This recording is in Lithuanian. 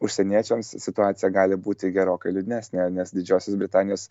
užsieniečiams situacija gali būti gerokai liūdnesnė nes didžiosios britanijos